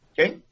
Okay